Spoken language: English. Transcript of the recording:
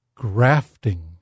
grafting